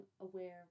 aware